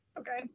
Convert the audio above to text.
Okay